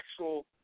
actual